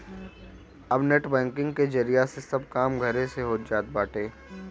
अब net banking के जरिया से सब काम घरे से हो जात बाटे